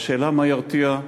בשאלה מה ירתיע,